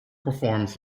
performs